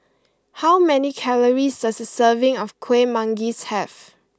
how many calories does a serving of Kueh Manggis have